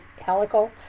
helical